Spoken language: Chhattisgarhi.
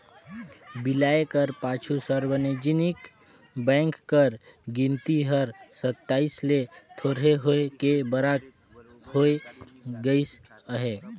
बिलाए कर पाछू सार्वजनिक बेंक कर गिनती हर सताइस ले थोरहें होय के बारा होय गइस अहे